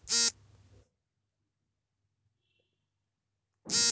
UPI ಸೇವೆ ಮೂಲಕ ಹಣ ವರ್ಗಾಯಿಸುವುದು ಎಷ್ಟು ಸುರಕ್ಷಿತ?